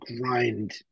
grind